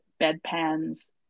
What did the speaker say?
bedpans